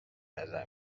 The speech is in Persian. نظر